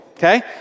Okay